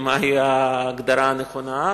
מהי ההגדרה הנכונה.